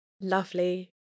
lovely